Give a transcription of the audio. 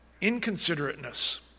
inconsiderateness